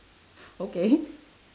okay